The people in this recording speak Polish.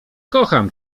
kocham